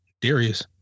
Darius